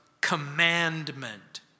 commandment